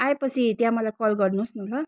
आएपछि त्याँ मलाई कल गर्नुहोस् न ल